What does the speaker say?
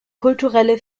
kulturelle